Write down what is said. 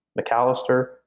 McAllister